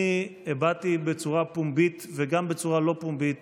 אני הבעתי בצורה פומבית וגם בצורה לא פומבית